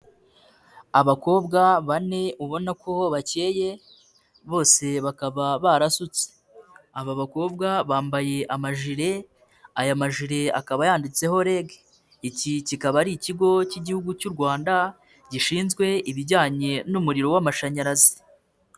Abakobwa bane ubona ko bakeye, bose bakaba barasutse. Aba bakobwa bambaye amajire, aya majile akaba yanditseho REG. Iki kikaba ari ikigo cy'igihugu cy'u Rwanda, gishinzwe ibijyanye n'umuriro w'amashanyarazi.